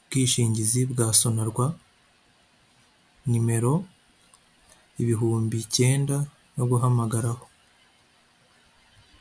ubwishingizi bwa Sonarwa, nimero ibihumbi icyenda yo guhamagaraho.